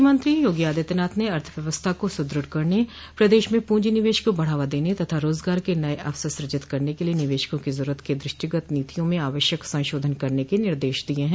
मुख्यमंत्री योगी आदित्यनाथ ने अर्थव्यवस्था को सुदृढ़ करने प्रदेश में पूंजी निवेश को बढ़ावा देने तथा रोजगार के नए अवसर सूजित करने के लिए निवेशकों की जरूरतों के द्रष्टिगत नीतियों में आवश्यक संशोधन करने के निर्देश दिए हैं